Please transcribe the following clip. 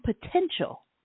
potential